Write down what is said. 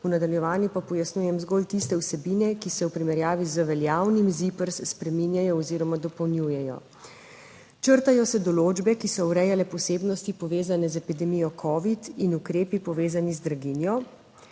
V nadaljevanju pa pojasnjujem zgolj tiste vsebine, ki se v primerjavi z veljavnim ZIPRS spreminjajo oziroma dopolnjujejo. Črtajo se določbe, ki so urejale posebnosti, povezane z epidemijo covid, in ukrepi, povezani z draginjo.